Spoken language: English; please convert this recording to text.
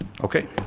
Okay